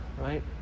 right